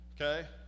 okay